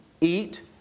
eat